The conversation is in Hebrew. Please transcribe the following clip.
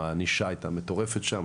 הענישה הייתה מטורפת שם,